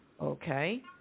Okay